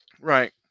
Right